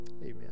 Amen